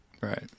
Right